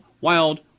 wild